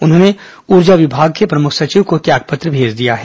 उन्होंने ऊर्जा विभाग के प्रमुख सचिव को त्याग पत्र भेज दिया है